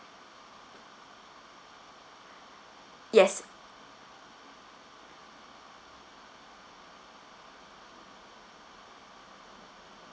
yes